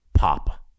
Pop